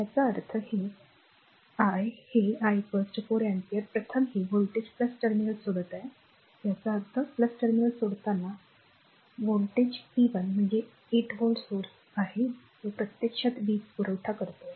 r याचा अर्थ हे 4 I हे I 4 अँपिअर प्रथम हे व्होल्टेज टर्मिनल सोडत आहे याचा अर्थ टर्मिनल सोडताना याचा अर्थ व्होल्टेज पी 1 म्हणजे 8 व्होल्ट स्त्रोत आहे जो प्रत्यक्षात वीज पुरवठा करतो